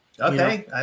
Okay